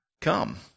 Come